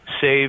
save